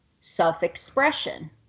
self-expression